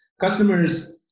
customers